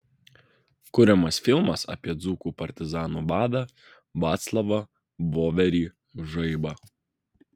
kuriamas filmas apie dzūkų partizanų vadą vaclovą voverį žaibą